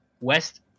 West